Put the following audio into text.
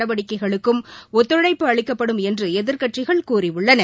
நடவடிக்கைகளுக்கும் ஒத்துழைப்பு அளிக்கப்படும் என்று எதிர்கட்சிகள் கூறியுள்ளன